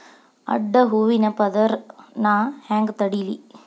ಅಡ್ಡ ಹೂವಿನ ಪದರ್ ನಾ ಹೆಂಗ್ ತಡಿಲಿ?